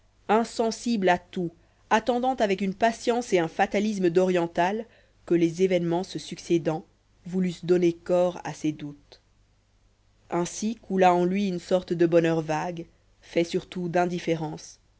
insensible à tout attendant avec une patience et un fatalisme d'oriental que les événements se succédant voulussent donner corps à ses doutes ainsi coula en lui une sorte de bonheur vague fait surtout d'indifférence